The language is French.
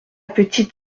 petite